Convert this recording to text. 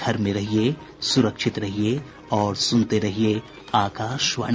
घर में रहिये सुरक्षित रहिये और सुनते रहिये आकाशवाणी